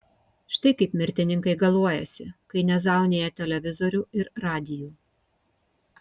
štai kaip mirtininkai galuojasi kai nezaunija televizorių ir radijų